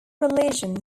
religion